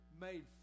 made